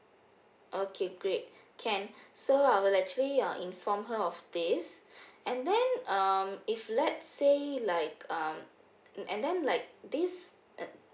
okay great can so I will actually uh inform her of this and then um if let's say like um and then like this uh